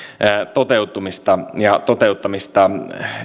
toteutumista ja toteuttamista